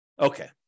Okay